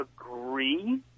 agree